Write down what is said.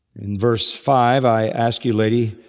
in verse five, i ask you, lady,